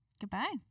goodbye